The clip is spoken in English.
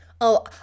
Oh